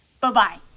bye-bye